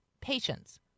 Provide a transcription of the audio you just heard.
patience